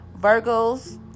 Virgos